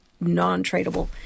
non-tradable